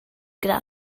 gyda